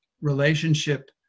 relationship